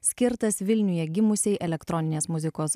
skirtas vilniuje gimusiai elektroninės muzikos